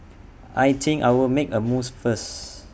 I think I will make A mousse first